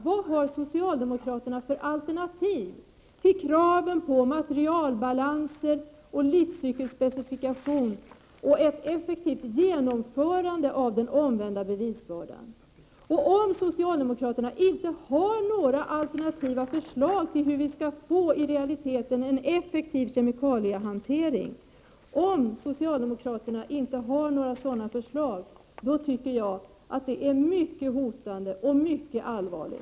Vad har socialdemokraterna för alternativ till kraven på materialbalanser, livscykelsspecifikation och ett effektivt genomförande av den omvända bevisbördan? Om socialdemokraterna inte har några alternativa förslag till hur vi i realiteten skall få en effektiv kemikaliehantering, anser jag att situationen är mycket hotande och mycket allvarlig.